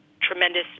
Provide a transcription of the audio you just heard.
tremendous